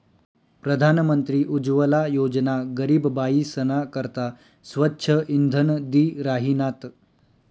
प्रधानमंत्री उज्वला योजना गरीब बायीसना करता स्वच्छ इंधन दि राहिनात